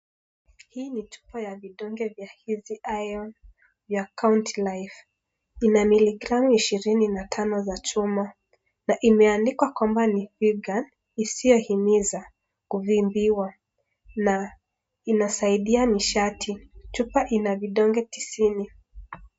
Hii ni chupa vidonge vya Easy Iron ya Country life ina miligramu ishirini na tano za chuma na imeandikwa kwamba ni viga isiyo himiza kuvimbiwa na inasaidia mishati chupa ina vidonge tisini.